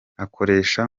akoresha